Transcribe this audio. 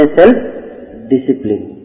self-discipline